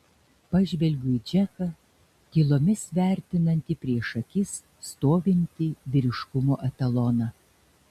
pažvelgiu į džeką tylomis vertinantį prieš akis stovintį vyriškumo etaloną